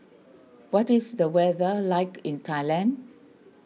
what is the weather like in Thailand